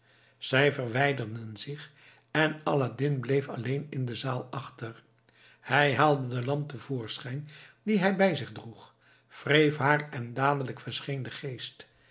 zij verwijderden zich en aladdin bleef alleen in de zaal achter hij haalde de lamp te voorschijn die hij bij zich droeg wreef haar en dadelijk verscheen de geest